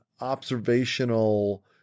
observational